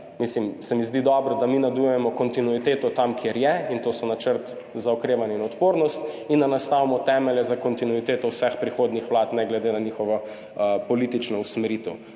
Mislim, da se mi zdi dobro, da mi nadaljujemo kontinuiteto tam, kjer je, in to so načrti za okrevanje in odpornost, in da nastavimo temelje za kontinuiteto vseh prihodnjih vlad ne glede na njihovo politično usmeritev.